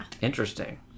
Interesting